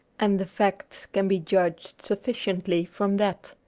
and the facts can be judged sufficiently from that.